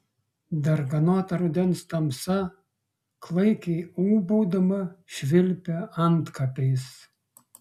darganota rudens tamsa klaikiai ūbaudama švilpia antkapiais